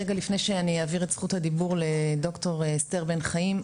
רגע לפני שאעביר את זכות הדיבור לד"ר אסתר בן חיים,